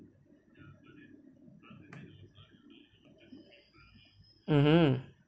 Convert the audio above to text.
mmhmm